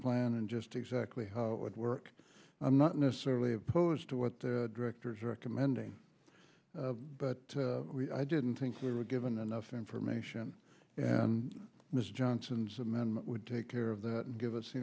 plan and just exactly how it would work i'm not necessarily opposed to what the directors are recommending but i didn't think we were given enough information and mr johnson's amendment would take care of that and give us the